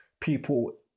people